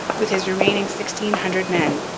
with his remaining sixteen hundred men,